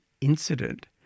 incident